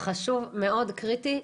חשוב מאוד, קריטי.